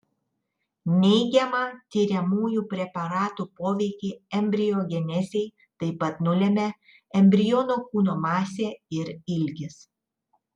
neigiamą tiriamųjų preparatų poveikį embriogenezei taip pat nulemia embrionų kūno masė ir ilgis